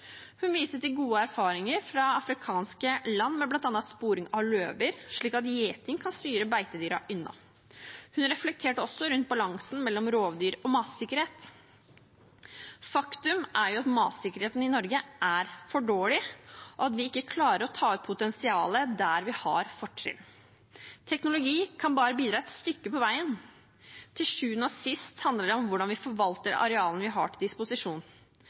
Hun viser til gode erfaringer fra afrikanske land med bl.a. sporing av løver, slik at gjeting kan styre beitedyrene unna. Hun reflekterte også rundt balansen mellom rovdyr og matsikkerhet. Faktum er at matsikkerheten i Norge er for dårlig, og at vi ikke klarer å ta ut potensialet der vi har fortrinn. Teknologi kan bare bidra et stykke på veien. Til sjuende og sist handler det om hvordan vi forvalter arealene vi har til disposisjon.